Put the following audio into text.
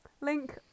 Link